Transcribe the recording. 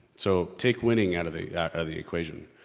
so, take winning out of the of the equation,